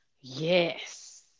Yes